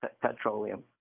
petroleum